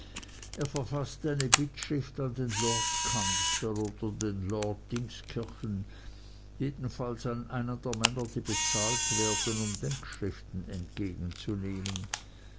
er verfaßt eine bittschrift an den lordkanzler oder den lord dingskirchen jedenfalls an einen der männer die bezahlt werden um denkschriften entgegenzunehmen